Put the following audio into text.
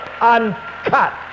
uncut